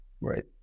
Right